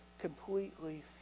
completely